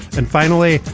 and finally,